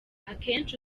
akenshi